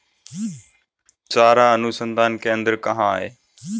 चारा अनुसंधान केंद्र कहाँ है?